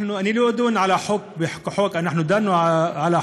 אני לא אדון בחוק כחוק, אנחנו דנו בחוק